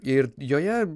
ir joje